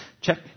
Check